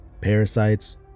parasites